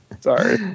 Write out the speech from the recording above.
Sorry